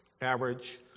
average